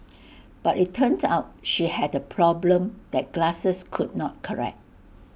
but IT turned out she had A problem that glasses could not correct